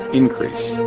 increase